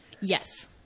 Yes